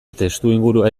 testuingurua